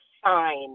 fine